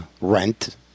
rent